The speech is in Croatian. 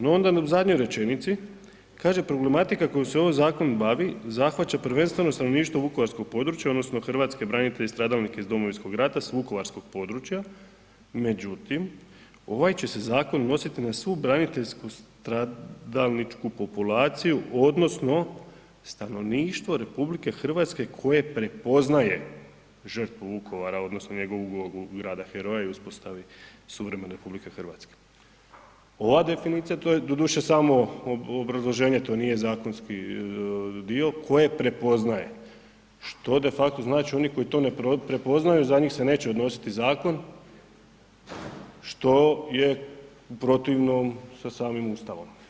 No onda na zadnjoj rečenici kaže „problematika kojom se ovaj zakon bavi zahvaća prvenstveno stanovništvo vukovarskog područja odnosno hrvatske branitelje i stradalnike iz Domovinskog rata s vukovarskog područja, međutim ovaj će se zakon nositi na svu braniteljsku stradalničku populaciju odnosno stanovništvo RH koje prepoznaje žrtvu Vukovara odnosno njegovu ulogu grada heroja i uspostavi suvremene RH“. ova definicija, to je doduše samo obrazloženje to nije zakonski dio koje prepoznaje što de facto znači oni koji to ne prepoznaju za njih se neće odnositi zakon što je u protivnom sa samim Ustavom.